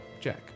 jack